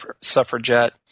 suffragette